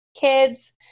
kids